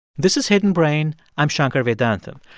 this is hidden brain. i'm shankar vedantam,